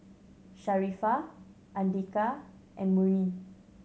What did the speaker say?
Sharifah Andika and Murni